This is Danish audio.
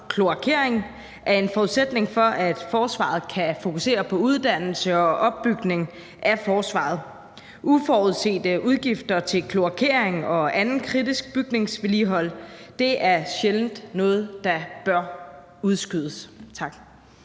kloakering, er en forudsætning for, at forsvaret kan fokusere på uddannelse og opbygning af forsvaret. Uforudsete udgifter til kloakering og anden kritisk bygningsvedligehold er sjældent noget, der bør udskydes. Tak.